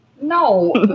No